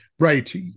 Right